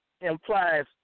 implies